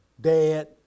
dad